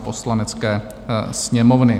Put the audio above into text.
Poslanecké sněmovny